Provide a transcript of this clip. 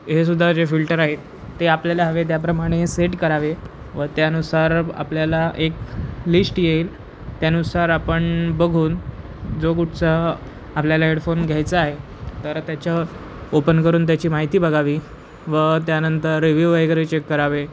हेसुद्धा जे फिल्टर आहेत ते आपल्याला हवे त्याप्रमाणे सेट करावे व त्यानुसार आपल्याला एक लिस्ट येईल त्यानुसार आपण बघून जो कुठचा आपल्याला हेडफोन घ्यायचा आहे तर त्याच्या ओपन करून त्याची माहिती बघावी व त्यानंतर रिव्ह्यू वगैरे चेक करावे